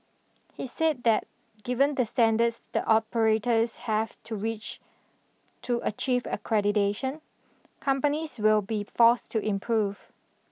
he said that given the standards that operators have to reach to achieve accreditation companies will be forced to improve